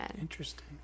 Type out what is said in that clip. Interesting